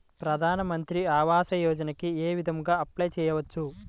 ప్రధాన మంత్రి ఆవాసయోజనకి ఏ విధంగా అప్లే చెయ్యవచ్చు?